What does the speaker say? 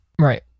right